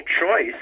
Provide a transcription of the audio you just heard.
choice